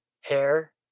hair